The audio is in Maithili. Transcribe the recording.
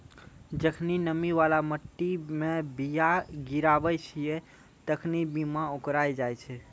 जखनि नमी बाला मट्टी मे बीया गिराबै छिये तखनि बीया ओकराय जाय छै